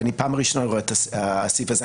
ואני פעם ראשונה רואה את הסעיף הזה.